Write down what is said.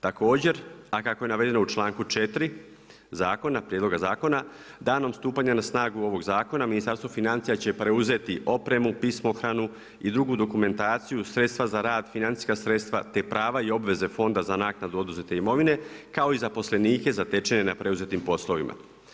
Također, a kako je navedeno u čl. 4. prijedloga zakona, danom stupanja na snagu ovoga zakona Ministarstvo financija će preuzeti opremu, pismohranu i drugu dokumentaciju, sredstva za rad, financijska sredstva, te prava i obveze fonda za naknadnu oduzete imovine, kao i zaposlenike zatečene na preuzetim poslovima.